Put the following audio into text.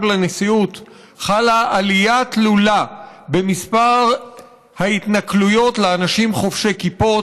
לנשיאות חלה עלייה תלולה במספר ההתנכלויות לאנשים חובשי כיפות,